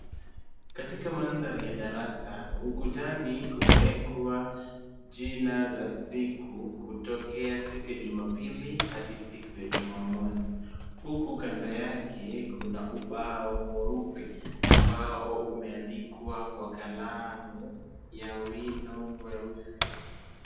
Katika mandhari ya darasa, ukutani kumeekwa jina za siku kutokea siku ya Jumapili hadi siku ya Jumamosi, huku kando yake kuna ubao mweupe ambao umeandikwa kwa kalamu ya wino mweusi.